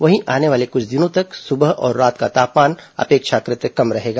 वहीं आने वाले कुछ दिनों तक सुबह और रात को तापमान अपेक्षाकृत कम रहेगा